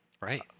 Right